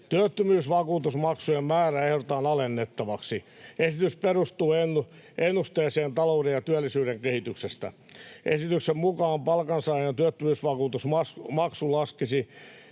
Työttömyysvakuutusmaksujen määrää ehdotetaan alennettavaksi. Esitys perustuu ennusteeseen talouden ja työllisyyden kehityksestä. Esityksen mukaan palkansaajan työttömyysvakuutusmaksu laskisi